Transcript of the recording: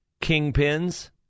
kingpins